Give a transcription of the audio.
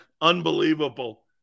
Unbelievable